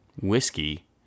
whiskey